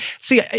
See